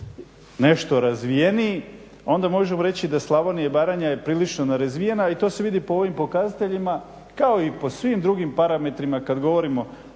nešto razvijeniji onda možemo reći da Slavonija i Baranja je prilično nerazvijena i to se vidi po ovim pokazateljima kao i po svim drugim parametrima kad govorimo